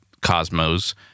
cosmos